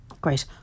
Great